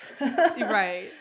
Right